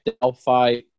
Delphi